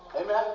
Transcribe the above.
amen